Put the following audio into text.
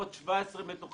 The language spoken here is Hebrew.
עוד 17 בתוכם,